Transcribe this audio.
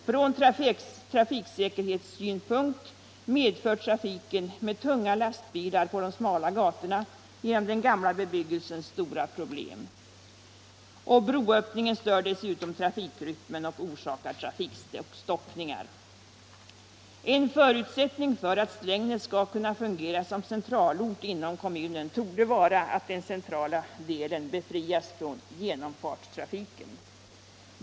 Från trafiksäkerhetssynpunkt medför trafiken med tunga lastbilar på de smala gatorna genom den gamla bebyggelsen stora problem. Broöppningarna stör dessutom trafikrytmen och orsakar trafikstockningar. En förutsättning för att Strängnäs skall kunna fungera som centralort inom kommunen torde vara att den centrala delen befrias från genomfartstrafiken.